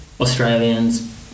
Australians